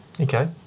Okay